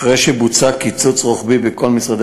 אחרי שבוצע קיצוץ רוחבי בכל משרדי